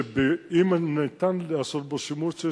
שאם ניתן לעשות בו שימוש,